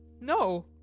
No